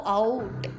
out